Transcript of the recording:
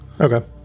Okay